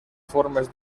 formes